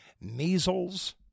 measles